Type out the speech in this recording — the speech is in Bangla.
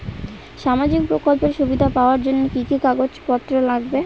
সামাজিক প্রকল্পের সুবিধা পাওয়ার জন্য কি কি কাগজ পত্র লাগবে?